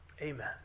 Amen